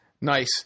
nice